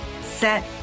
set